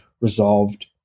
resolved